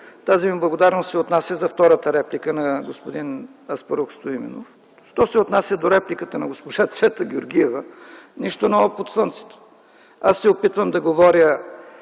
тази ми благодарност се отнася за втората реплика – на господин Аспарух Стаменов. Що се отнася до репликата на госпожа Цвета Георгиева, нищо ново под слънцето. Аз се опитвам да говоря,